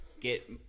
get